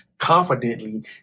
confidently